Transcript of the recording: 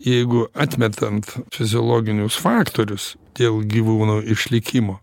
jeigu atmetant fiziologinius faktorius dėl gyvūno išlikimo